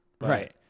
Right